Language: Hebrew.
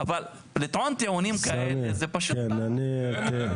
אבל לטעון טיעונים כאלה זה פשוט לא מכבד את הדיון אפילו.